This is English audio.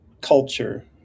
culture